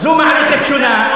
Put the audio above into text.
זו מערכת שונה,